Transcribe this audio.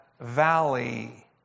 Valley